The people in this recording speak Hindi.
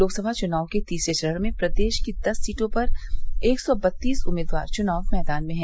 लोकसभा चुनाव के तीसरे चरण में प्रदेश की दस सीटों पर एक सौ बत्तीस उम्मीदवार चुनाव मैंदान में है